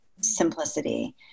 simplicity